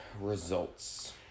results